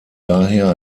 daher